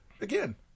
Again